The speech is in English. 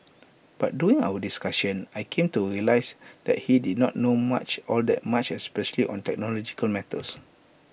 but during our discussion I came to realise that he did not know much all that much especially on technological matters